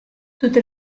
tutte